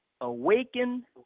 Awaken